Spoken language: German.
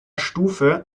stufe